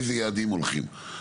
לאיזה יעדים הולכים,